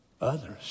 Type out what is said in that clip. others